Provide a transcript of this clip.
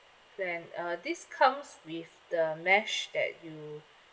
plan uh this comes with the mesh that you